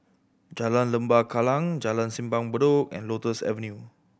Jalan Lembah Kallang Jalan Simpang Bedok and Lotus Avenue